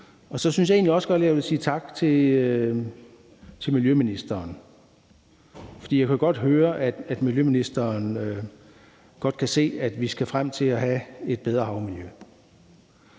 Så synes jeg egentlig også godt, at jeg vil sige tak til miljøministeren, for jeg kan høre, at miljøministeren godt kan se, at vi skal frem til have et bedre havmiljø.